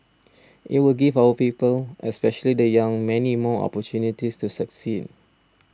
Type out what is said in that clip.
it will give our people especially the young many more opportunities to succeed